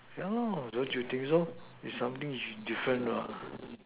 ya don't you think so it's something which is different what